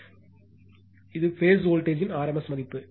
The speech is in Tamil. எனவே இது பேஸ் வோல்ட்டேஜ்த்தின் rms மதிப்பு